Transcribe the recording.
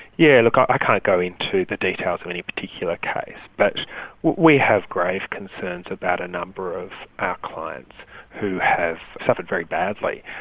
yeah like i can't go into the details of any particular case, but we have grave concerns about a number of our clients who have suffered very badly.